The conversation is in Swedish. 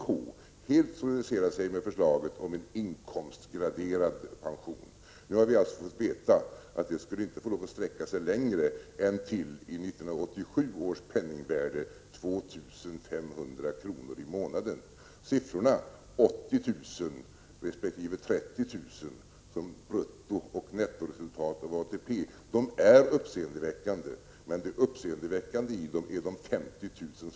Vpk däremot solidariserade sig helt med förslaget om inkomstgraderad pension. Nu har vi fått veta att det inte skulle få sträcka sig längre än till i 1987 års penningvärde 2 500 kr. i månaden. Siffrorna 80 000 resp. 30 000 kr. som bruttooch nettoresultat av ATP är uppseendeväckande. Men det uppseendeväckande med dem är de 50 000 kr.